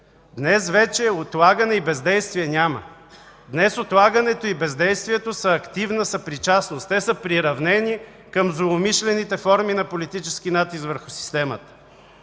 Днес вече отлагане и бездействие няма, днес отлагането и бездействието са активна съпричастност, те са приравнени към злоумишлените форми на политически натиск върху системата.